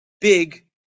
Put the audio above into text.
big